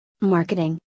Marketing